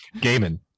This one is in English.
Gaming